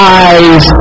eyes